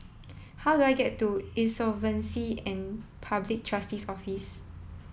how do I get to Insolvency and Public Trustee's Office